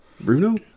Bruno